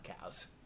cows